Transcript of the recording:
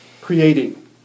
creating